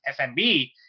SMB